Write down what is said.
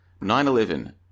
9-11